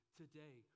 today